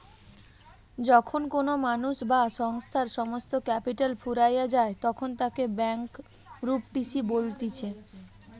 যখন কোনো মানুষ বা সংস্থার সমস্ত ক্যাপিটাল ফুরাইয়া যায়তখন তাকে ব্যাংকরূপটিসি বলতিছে